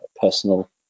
personal